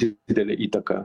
didelę įtaką